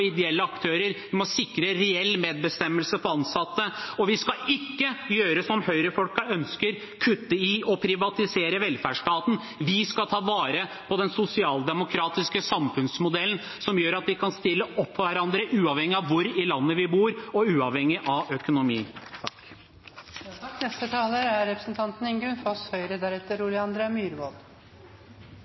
vi skal ikke gjøre som høyrefolkene ønsker, kutte i og privatisere velferdsstaten. Vi skal ta vare på den sosialdemokratiske samfunnsmodellen, som gjør at vi kan stille opp for hverandre uavhengig av hvor i landet vi bor, og uavhengig av økonomi. Tilliten til norsk politi er stor, og særlig stor er